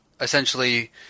essentially